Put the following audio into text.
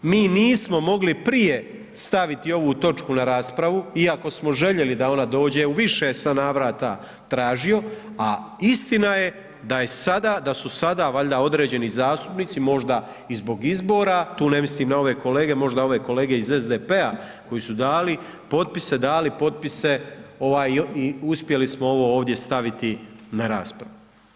Mi nismo mogli prije staviti ovu točku na raspravu iako smo željeli da ona dođe u više sam navrata tražio, a istina je da se je sada, da su sada valjda određeni zastupnici, možda i zbog izbora, tu ne mislim na ove kolege, možda ove kolege iz SDP-a koji su dali potpise, ovaj uspjeli smo ovo ovdje staviti na raspravu.